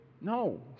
No